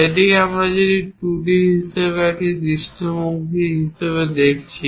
এটিকে আমরা যদি 2D হিসাবে একটি দৃষ্টিভঙ্গি হিসাবে দেখছি